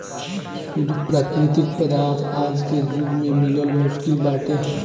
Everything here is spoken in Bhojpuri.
शुद्ध प्राकृतिक पदार्थ आज के जुग में मिलल मुश्किल बाटे